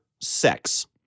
sex